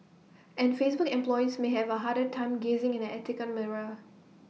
and Facebook employees may have A harder time gazing in an ethical mirror